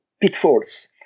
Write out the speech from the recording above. pitfalls